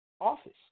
office